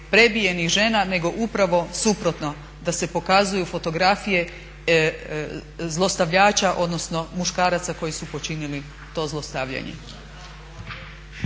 prebijenih žena nego upravo suprotno, da se pokazuju fotografije zlostavljača, odnosno muškaraca koji su počinili to zlostavljanje.